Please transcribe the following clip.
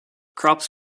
crops